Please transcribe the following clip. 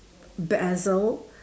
basil